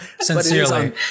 Sincerely